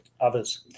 others